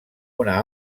una